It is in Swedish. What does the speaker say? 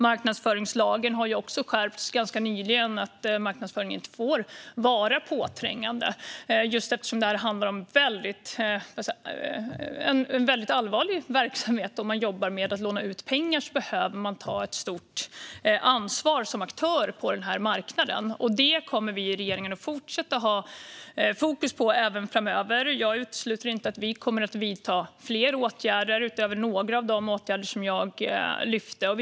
Marknadsföringslagen har också skärpts ganska nyligen och innebär att marknadsföring inte får vara påträngande, eftersom detta handlar om en väldigt allvarlig verksamhet. Om man jobbar med att låna ut pengar behöver man som aktör ta ett stort ansvar på denna marknad. Detta kommer regeringen fortsätta att ha fokus på även framöver. Och jag utesluter inte att vi kommer att vidta fler åtgärder utöver de åtgärder som jag lyfte fram.